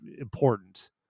important